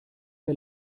der